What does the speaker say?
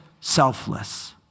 selfless